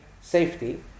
safety